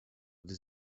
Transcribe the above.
gdy